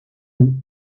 and